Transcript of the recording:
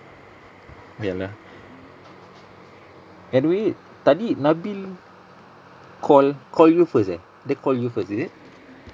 biar lah by the way tadi nabil call call you first eh dia call you first is it